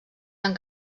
han